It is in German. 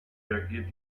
reagiert